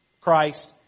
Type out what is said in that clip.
Christ